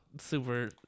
super